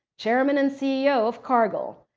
chairman and ceo of cargill,